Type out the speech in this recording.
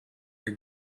your